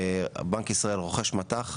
מט"ח, בנק ישראל רוכש מט"ח,